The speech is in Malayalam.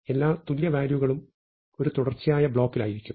എല്ലാ തുല്യ വാല്യൂകളും ഒരു തുടർച്ചയായ ബ്ലോക്കിൽ ആയിരിക്കും